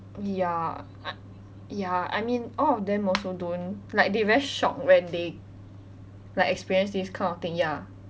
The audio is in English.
ya ya I mean all of them also don't like they very shock when they like experience this kind of thing ya